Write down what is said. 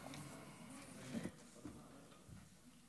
חרבות ברזל)